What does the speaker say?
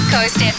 Coast